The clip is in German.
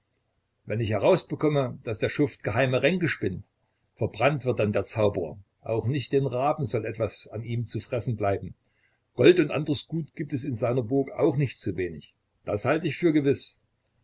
wenn ich herausbekomme daß der schuft geheime ränke spinnt verbrannt wird dann der zauberer auch nicht den raben soll etwas an ihm zu fressen bleiben gold und andres gut gibt es in seiner burg auch nicht zu wenig das halt ich für gewiß